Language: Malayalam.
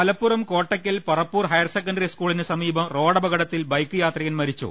മലപ്പുറം കോട്ടക്കൽ പറപ്പൂർ ഹയർ സെക്കന്റി സ്കൂളിന് സമീപം റോഡപകടത്തിൽ ബൈക്ക് യാത്രികൻ മരിച്ചു